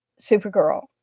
supergirl